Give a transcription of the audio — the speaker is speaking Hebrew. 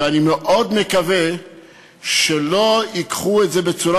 ואני מאוד מקווה שלא ייקחו את זה בצורה